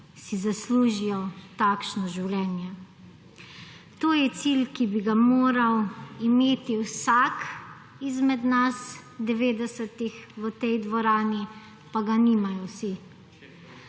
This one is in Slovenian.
si zaslužijo takšno življenje. To je cilj, ki bi ga moral imeti vsak izmed nas 90 v tej dvorani pa ga nimajo vsi.